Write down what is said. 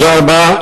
תודה רבה.